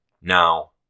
Now